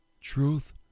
truth